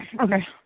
Okay